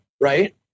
right